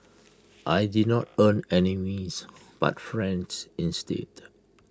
I did not earn enemies but friends instead